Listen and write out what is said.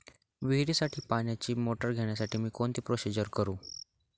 विहिरीसाठी पाण्याची मोटर घेण्यासाठी मी कोणती प्रोसिजर करु?